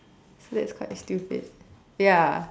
so that's quite stupid ya